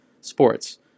sports